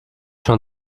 schon